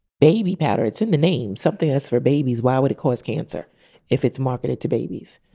baby powder. it's in the name. something that's for babies. why would it cause cancer if it's marketed to babies?